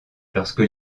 lorsque